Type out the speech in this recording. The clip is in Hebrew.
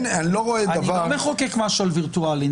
אני לא רואה דבר --- אני לא מחוקק משהו על וירטואלי.